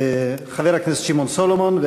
חבר הכנסת שמעון סולומון,